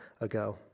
ago